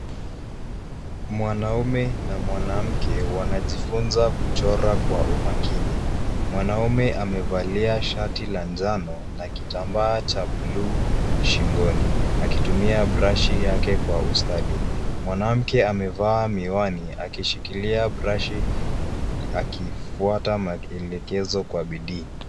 Mwanamme na mwanamke wanajifunza kuchora kwa umakini. Mwanamme amevalia shati la njano na kitambaa cha bluu shingoni akitumia brashi yake kwa ustadi. Mwanamke amevaa miwani akishikilia brashi akifuata maelekezo kwa bidii.